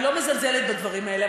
אני לא מזלזלת בדברים האלה.